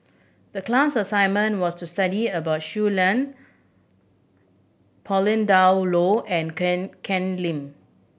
the class assignment was to study about Shui Lan Pauline Dawn Loh and Kan Kan Lim